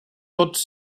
tots